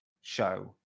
show